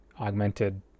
augmented